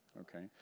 Okay